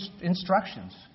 instructions